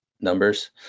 numbers